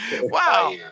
Wow